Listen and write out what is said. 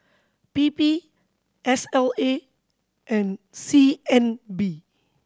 P P S L A and C N B